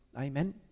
Amen